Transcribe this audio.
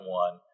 one